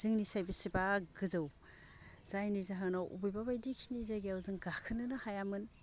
जोंनिसाय बेसेबा गोजौ जायनि जाहोनाव अबेबा बायदिखिनि जायगायाव जों गाखोनो हायामोन